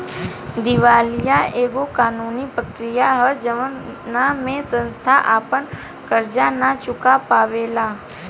दिवालीया एगो कानूनी प्रक्रिया ह जवना में संस्था आपन कर्जा ना चूका पावेला